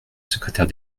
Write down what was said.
secrétaire